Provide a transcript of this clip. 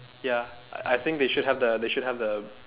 ya I I think they should have the they should have the